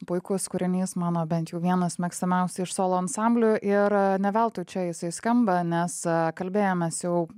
puikus kūrinys mano bent jau vienas mėgstamiausių iš solo ansamblio ir ne veltui čia jisai skamba nes kalbėjomės jau